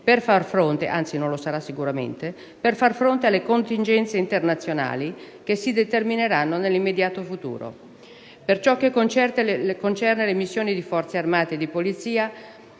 -per far fronte alle contingenze internazionali che si determineranno nell'immediato futuro. Per ciò che concerne le missioni di Forze armate e di polizia,